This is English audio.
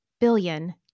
billion